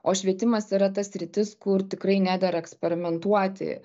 o švietimas yra ta sritis kur tikrai nedera eksperimentuoti